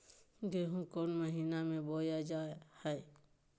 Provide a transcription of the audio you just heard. गेहूँ कौन महीना में बोया जा हाय?